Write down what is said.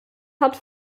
hat